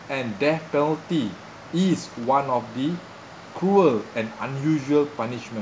and death penalty is one of the cruel and unusual punishment